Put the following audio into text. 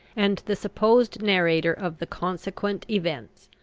and the supposed narrator of the consequent events.